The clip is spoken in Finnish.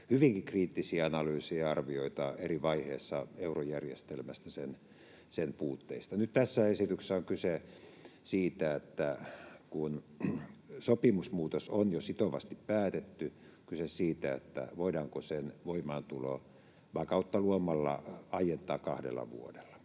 hyvinkin kriittisiä analyyseja ja arvioita eri vaiheissa eurojärjestelmästä, sen puutteista. Nyt tässä esityksessä on kyse siitä, että kun sopimusmuutos on jo sitovasti päätetty, voidaanko sen voimaantuloa vakautta luomalla aientaa kahdella vuodella.